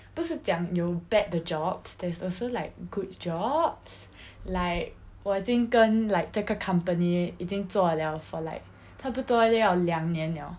不是讲有 bad 的 jobs there's also like good jobs like 我已经跟 like 这个 company 已经做 liao like 差不多要两年 liao